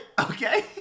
okay